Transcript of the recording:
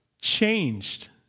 changed